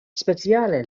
speciale